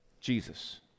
Jesus